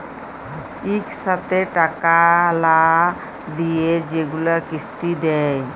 ইকসাথে টাকা লা দিঁয়ে যেগুলা কিস্তি দেয়